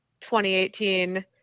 2018